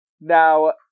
Now